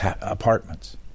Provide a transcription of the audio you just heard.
apartments